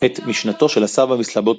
את משנתו של הסבא מסלובודקה,